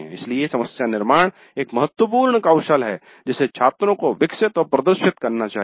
इसलिए समस्या निर्माण एक महत्वपूर्ण कौशल है जिसे छात्रों को विकसित और प्रदर्शित करना चाहिए